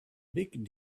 big